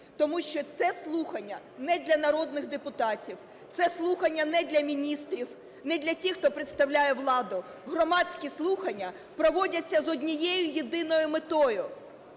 тому що це слухання не для народних депутатів, це слухання не для міністрів, не для тих, хто представляє владу. Громадські слухання проводяться з однією єдиною метою: